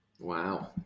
wow